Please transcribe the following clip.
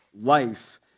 life